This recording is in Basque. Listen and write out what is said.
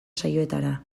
saioetara